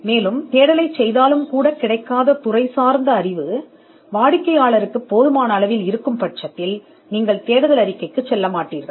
நீங்கள் ஒரு தேடலைச் செய்தால் வாடிக்கையாளருக்கு புலத்தில் கிடைக்காத போதுமான அறிவு இருக்கும்போது நீங்கள் ஒரு அறிக்கைக்கு செல்லமாட்டீர்கள்